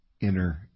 inner